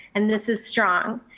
and this is strong.